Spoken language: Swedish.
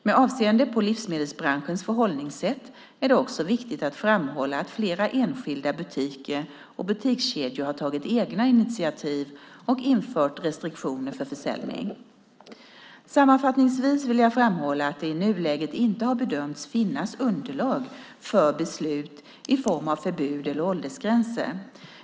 Med avseende på livsmedelsbranschens förhållningssätt är det även viktigt att framhålla att flera enskilda butiker och butikskedjor tagit egna initiativ och infört restriktioner för försäljning. Sammanfattningsvis vill jag framhålla att det i nuläget inte har bedömts finnas underlag för beslut i form av förbud eller åldersgränser.